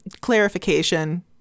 clarification